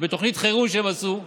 בתוכנית חירום שעשו,